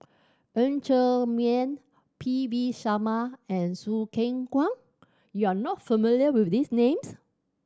Ng Ser Miang P V Sharma and Choo Keng Kwang you are not familiar with these names